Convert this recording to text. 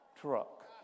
truck